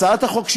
הצעת החוק,